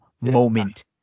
Moment